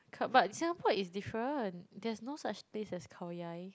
k~ but Singapore is different there's no such place as Khao-Yai